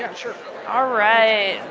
ah alright,